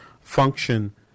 function